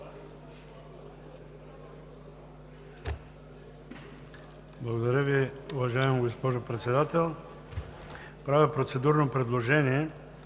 Благодаря Ви, уважаема госпожо Председател. Правя процедурно предложение